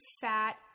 fat